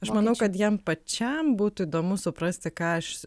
aš manau kad jam pačiam būtų įdomu suprasti ką aš